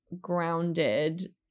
grounded